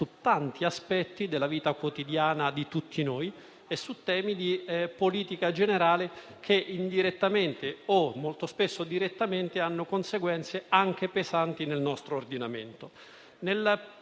a tanti aspetti della vita quotidiana di tutti noi e su temi di politica generale che, indirettamente o molto spesso direttamente, hanno conseguenze anche pesanti nel nostro ordinamento.